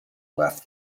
left